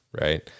right